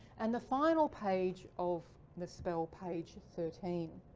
and the final page of the spell page thirteen.